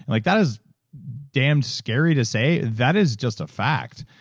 and like that is damn scary to say. that is just a fact.